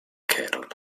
carol